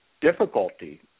difficulty